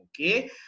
Okay